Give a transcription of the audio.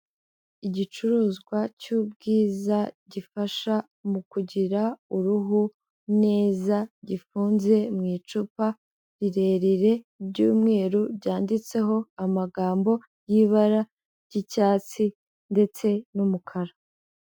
Igicuruzwa cy'ubwiza gifasha mu kugira uruhu neza, gifunze mu icupa rirerire ry'umweru, ryanditseho amagambo y'ibara ry'icyatsi ndetse n'umukara.